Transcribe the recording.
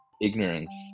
ignorance